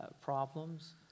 problems